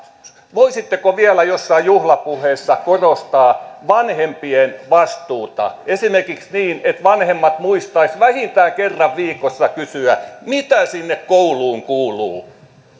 voisitteko vielä jossain juhlapuheessa korostaa vanhempien vastuuta esimerkiksi niin että vanhemmat muistaisivat vähintään kerran viikossa kysyä mitä sinne kouluun kuuluu